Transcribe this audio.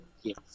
Yes